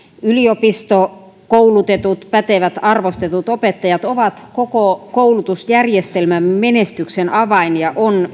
yliopistokoulutetut pätevät arvostetut opettajat ovat koko koulutusjärjestelmän menestyksen avain ja on